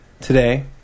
today